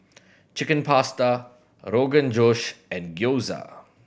Chicken Pasta Rogan Josh and Gyoza